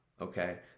okay